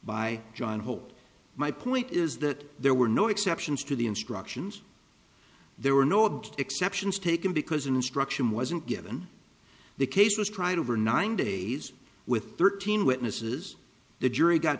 by john hope my point is that there were no exceptions to the instructions there were no object exceptions taken because an instruction wasn't given the case was tried over nine days with thirteen witnesses the jury got